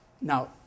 Now